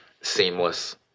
seamless